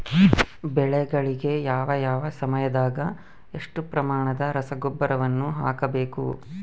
ಬೆಳೆಗಳಿಗೆ ಯಾವ ಯಾವ ಸಮಯದಾಗ ಎಷ್ಟು ಪ್ರಮಾಣದ ರಸಗೊಬ್ಬರವನ್ನು ಹಾಕಬೇಕು?